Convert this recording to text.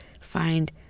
find